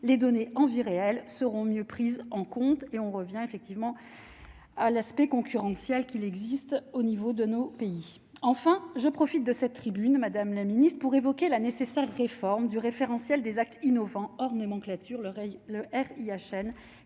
les donner envie réelle seront mieux prises en compte et on revient effectivement à l'aspect concurrentiel qu'il existe au niveau de nos pays, enfin, je profite de cette tribune, Madame la Ministre, pour évoquer la nécessaire réforme du référentiel des actes innovants hors nomenclature l'oreille